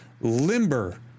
limber